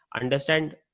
understand